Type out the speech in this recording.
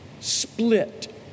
split